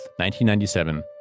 1997